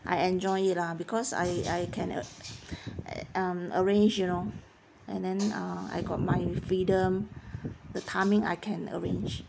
I enjoy it lah because I I can uh err um arrange you know and then ah I got my freedom the timing I can arrange